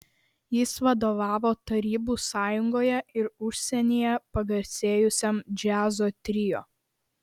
jis vadovavo tarybų sąjungoje ir užsienyje pagarsėjusiam džiazo trio